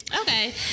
Okay